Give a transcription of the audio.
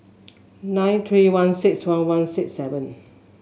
nine three one six one one six seven